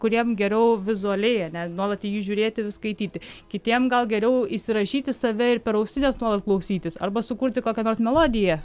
kuriem geriau vizualiai ane nuolat į jį žiūrėti skaityti kitiem gal geriau įsirašyti save ir per ausines nuolat klausytis arba sukurti kokią nors melodiją